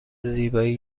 زیبایی